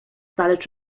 daleč